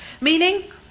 Meaning